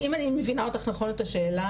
אם אני מבינה אותך נכון את השאלה,